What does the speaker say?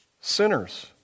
sinners